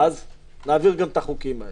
נעביר את החוקים האלה.